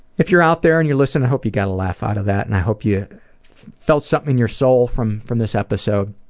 if you're out there and you're listening, i hope you got a laugh out of that, and i hope you felt something in your soul from from this episode,